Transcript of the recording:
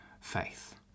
faith